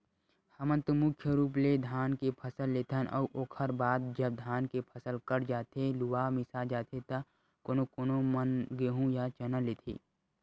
हमन तो मुख्य रुप ले धान के फसल लेथन अउ ओखर बाद जब धान के फसल कट जाथे लुवा मिसा जाथे त कोनो कोनो मन गेंहू या चना लेथे